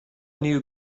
knew